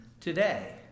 today